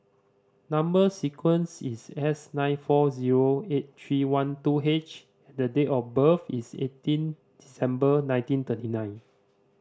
number sequence is S nine four zero eight three one two H the date of birth is eighteen December nineteen thirty nine